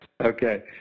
Okay